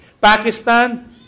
Pakistan